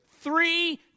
Three